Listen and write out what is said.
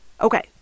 Okay